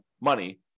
money